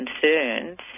concerns